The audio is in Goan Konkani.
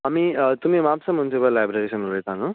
आमी तुमी म्हापसा मुनसिपल लायब्ररीन सून उलयता न्हू